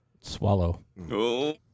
Swallow